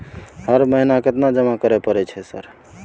हर महीना केतना जमा करे परय छै सर?